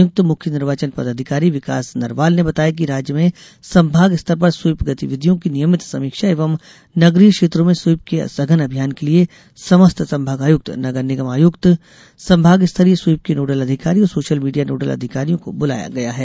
संयुक्त मुख्य निर्वाचन पदाधिकारी विकास नरवाल ने बताया कि राज्य में संभाग स्तर पर स्वीप गतिविधियों की नियमित समीक्षा एवं नगरीय क्षेत्रों में स्वीप के सघन अभियान के लिये समस्त संभागायुक्त नगर निगम आयुक्त संभाग स्तरीय स्वीप के नोडल अधिकारी और सोशल मीडिया नोडल अधिकारियों को बुलाया गया है